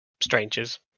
strangers